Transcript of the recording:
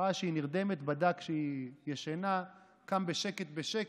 ראה שהיא נרדמת, בדק שהיא ישנה, קם בשקט בשקט,